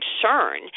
concern